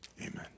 Amen